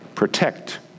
Protect